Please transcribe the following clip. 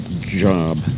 job